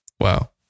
Wow